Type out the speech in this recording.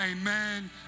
Amen